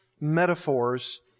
metaphors